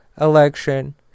election